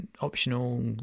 Optional